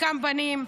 חלקם בנים,